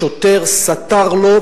השוטר סטר לו,